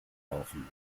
laufen